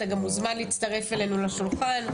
אתה גם מוזמן להצטרף אלינו לשולחן.